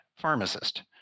pharmacist